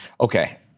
Okay